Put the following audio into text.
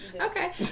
Okay